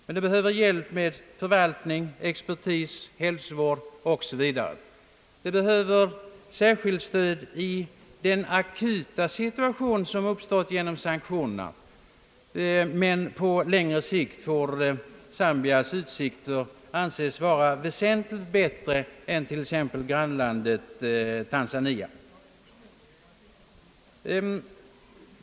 Men det behöver hjälp med förvaltning, expertis, hälsovård 0. s. v. Det behöver särskilt stöd i den akuta situation som uppstått på grund av sanktionerna, men på längre sikt får Zambias läge anses vara väsentligt bättre än t.ex. grannlandet Tanzanias.